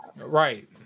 Right